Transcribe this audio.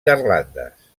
garlandes